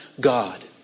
God